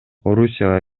орусияга